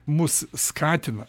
mus skatina